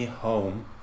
Home